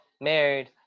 married